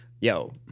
yo